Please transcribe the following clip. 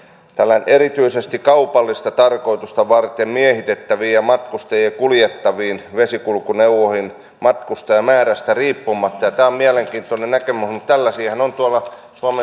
täällä sanotaan että erityisesti kaupallista tarkoitusta varten miehitettäviin ja matkustajia kuljettaviin vesikulkuneuvoihin matkustajamäärästä riippumatta ja tämä on mielenkiintoinen näkemys mutta tällaisiahan on tuolla suomen sisävesillä tänä päivänä